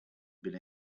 been